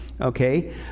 Okay